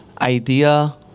idea